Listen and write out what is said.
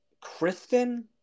Kristen